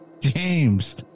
James